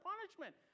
punishment